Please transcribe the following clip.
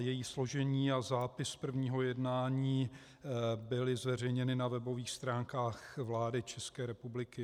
Její složení a zápis z prvního jednání byly zveřejněny na webových stránkách vlády České republiky.